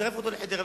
מצרף אותו לחדרה,